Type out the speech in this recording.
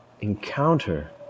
encounter